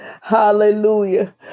Hallelujah